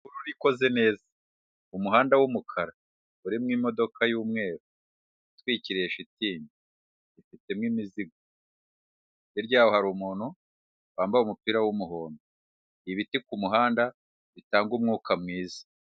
Umuhanda w'umukara, urimo imodoka y'umweru itwikiriye shitingi, ifitemo imizigo, hirya yaho hari umuntu wambaye umupira w'umuhondo, ibiti ku muhanda bitanga umwuka mwiza.